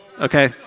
okay